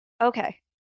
Okay